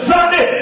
Sunday